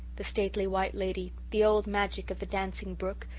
the stately white lady, the old magic of the dancing brook,